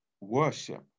worship